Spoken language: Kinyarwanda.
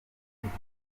ifoto